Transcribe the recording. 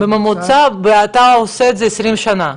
בממוצע, ואתה בודק את זה 20 שנה.